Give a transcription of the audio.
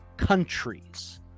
countries